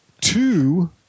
Two